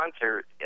concert